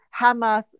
Hamas